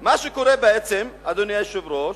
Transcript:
מה שקורה בעצם, אדוני היושב-ראש,